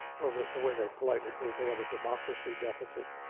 well, the the way they politely put it, they have a democracy deficit.